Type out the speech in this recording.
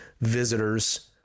visitors